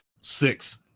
Six